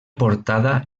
portada